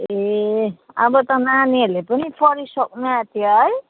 ए अब त नानीहरूले पनि पढिसक्नु आँट्यो है